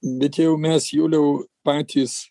bet jau mes juliau patys